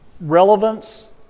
relevance